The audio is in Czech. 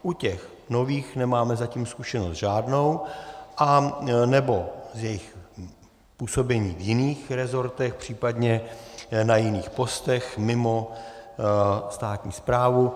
U těch nových nemáme zatím zkušenost žádnou, anebo z jejich působení v jiných rezortech, případně na jiných postech mimo státní správu.